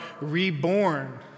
reborn